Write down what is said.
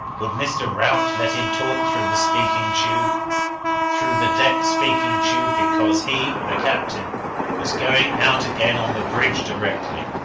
would mr. rout let him talk through the speaking-tube through the deck speaking-tube, because he the captain was going out again on the bridge directly.